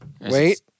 Wait